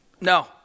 No